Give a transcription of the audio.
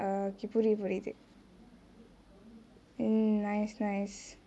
oo okay புரிது புரிது:purithu purithu mm nice nice